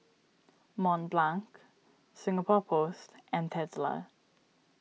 Mont Blanc Singapore Post and Tesla